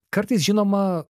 kartais žinoma